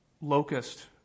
locust